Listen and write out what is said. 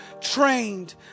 trained